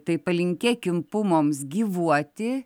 tai palinkėkim pumoms gyvuoti